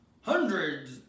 Hundreds